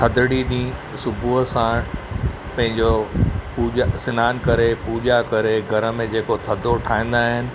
थधिड़ी बि सुबुह साणु पंहिंजो पूॼा सनानु करे पूॼा करे घर में जेको थधो ठाहींदा आहिनि